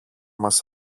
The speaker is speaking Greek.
μας